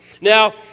Now